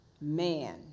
man